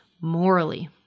morally